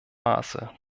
maße